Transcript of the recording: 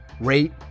rate